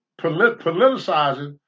politicizing